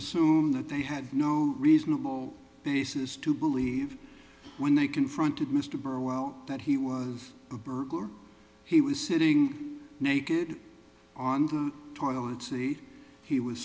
assume that they had no reasonable basis to believe when they confronted mr burwell that he was a burglar he was sitting naked on the toilet seat he was